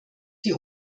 die